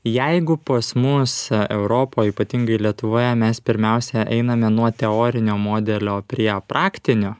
jeigu pas mus europoj ypatingai lietuvoje mes pirmiausia einame nuo teorinio modelio prie praktinio